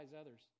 others